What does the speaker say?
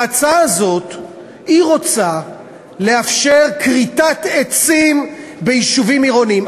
וההצעה הזאת רוצה לאפשר כריתת עצים ביישובים עירוניים.